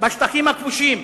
בשטחים הכבושים.